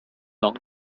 long